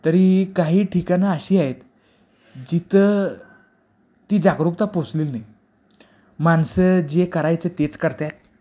तरी काही ठिकाणं अशी आहेत जिथं ती जागरूकता पोचलेली नाई मानसं जे करायचं तेच करतायत